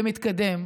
ומתקדם.